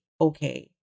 okay